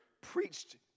preached